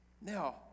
now